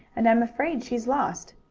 and i'm afraid she's lost.